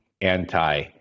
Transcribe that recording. anti